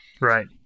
Right